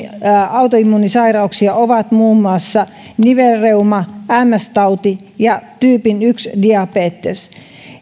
autoimmuunisairauksia ovat muun muassa nivelreuma ms tauti ja tyypin yksi diabetes